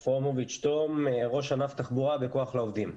פרומוביץ' תם, ראש ענף תחבורה בכח לעובדים.